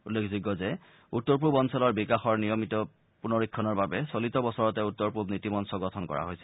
উল্লেখযোগ্য যে উত্তৰ পূব অঞ্চলৰ বিকাশৰ নিয়মিত পূনৰীক্ষণৰ বাবে চলিত বছৰতে উত্তৰ পূব নিটি মঞ্চ গঠন কৰা হৈছিল